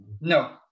No